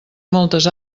moltes